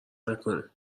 نکنه